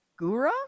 Gura